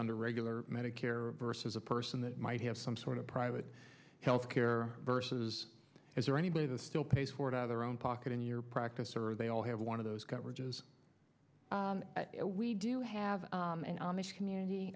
under regular medicare versus a person that might have some sort of private health care versus is there anybody the still pay sort out their own pocket in your practice or are they all have one of those coverages we do have an amish community